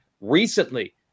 recently